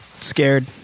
scared